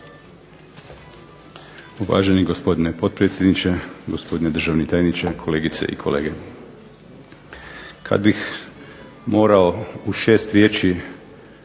Uvaženi gospodine potpredsjedniče, gospodine državni tajniče, kolegice i kolege zastupnici. Kad bih morao u 6 riječi